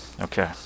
okay